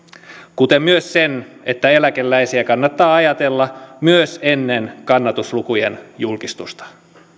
kuten myös sen että eläkeläisiä kannattaa ajatella myös ennen kannatuslukujen julkistusta